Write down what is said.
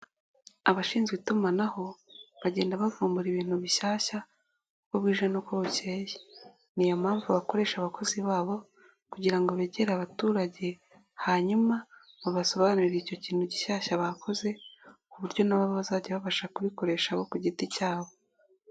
Abashinzwe itumanaho bagenda bavumbura ibintu bishyashya uko bwije n'uko bucyeye, niyo mpamvu bakoresha abakozi babo kugira ngo begere abaturage, hanyuma babasobanurire icyo kintu gishyashya bakoze ku buryo nabo bazajya babasha kubikoresha bo ku giti cyabo.